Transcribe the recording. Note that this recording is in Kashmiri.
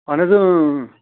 اَہَن حظ